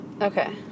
Okay